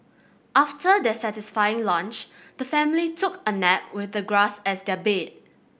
after their satisfying lunch the family took a nap with the grass as their bed